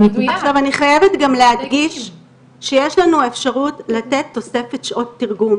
חייבת גם להדגיש שיש לנו אפשרות לתת תוספת שעות תרגום.